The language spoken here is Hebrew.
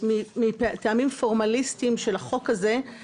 הממשלה יכולה תוך חצי שעה להתכנס ולהחזיר חזרה את